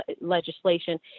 legislation